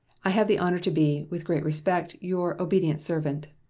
i have the honor to be, with great respect, your obedient servant,